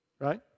right